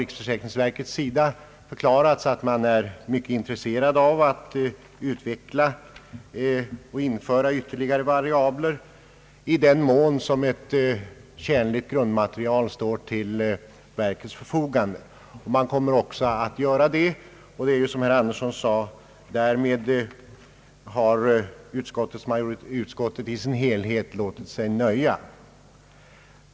Riksförsäkringsverket har beträffande den frågan förklarat att verket är mycket intresserat av att införa ytterligare variabler i den mån som ett tjänligt grundmaterial står till verkets förfogande. Verket kommer också att göra det, och därmed har, som herr Andersson också sade, utskottets majoritet i sin helhet låtit sig nöja.